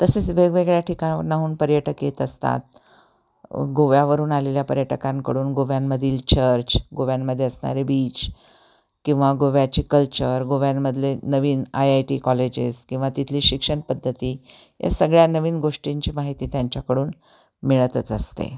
तसेच वेगवेगळ्या ठिकांणाहून पर्यटक येत असतात गोव्यावरून आलेल्या पर्यटकांकडून गोव्यांमधील चर्च गोव्यांमध्ये असणारे बीच किंवा गोव्याचे कल्चर गोव्यांमधले नवीन आय आय टी कॉलेजेस किंवा तिथली शिक्षण पद्धती या सगळ्या नवीन गोष्टींची माहिती त्यांच्याकडून मिळतच असते